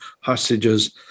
hostages